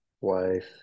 wife